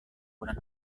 bulan